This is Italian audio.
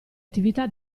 attività